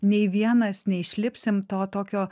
nei vienas neišlipsim to tokio